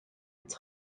its